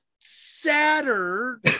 sadder